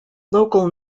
local